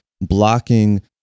blocking